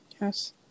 Yes